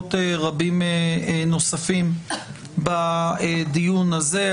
ואורחות רבים נוספים בדיון הזה.